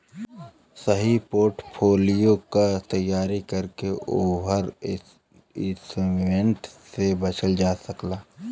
सही पोर्टफोलियो क तैयारी करके ओवर इन्वेस्टमेंट से बचल जा सकला